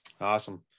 Awesome